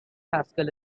haskell